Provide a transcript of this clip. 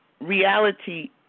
reality